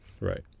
right